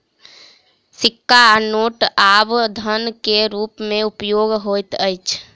सिक्का आ नोट आब धन के रूप में उपयोग होइत अछि